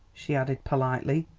she added politely.